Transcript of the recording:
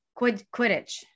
Quidditch